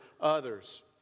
others